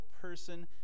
person